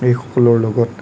দিশসকলৰ লগত